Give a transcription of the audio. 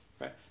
right